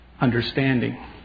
understanding